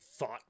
thought